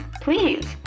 please